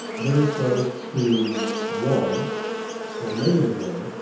very close to one or negative one?